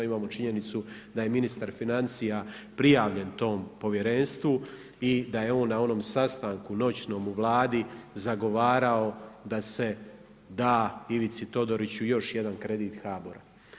Imamo činjenicu da je ministar financija prijavljen tom povjerenstvu i da je on na onom sastanku noćnom u Vladi zagovarao da se da Ivici Todoriću još jedan kredit HABORA.